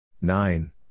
Nine